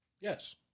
Yes